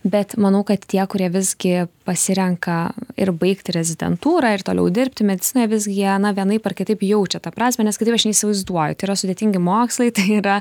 bet manau kad tie kurie visgi pasirenka ir baigti rezidentūrą ir toliau dirbti medicinoj visgi jie na vienaip ar kitaip jaučia tą prasmę nes kitaip aš nesivaizduoju tai yra sudėtingi mokslai tai yra